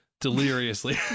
Deliriously